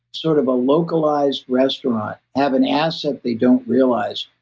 sort of a localized restaurant have an asset they don't realize,